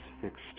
fixed